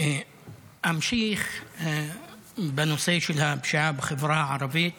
אמשיך בנושא של הפשיעה בחברה הערבית